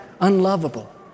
unlovable